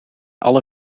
alle